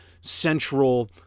central